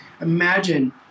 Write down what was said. imagine